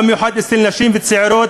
במיוחד אצל נשים וצעירות,